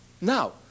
Now